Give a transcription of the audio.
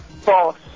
False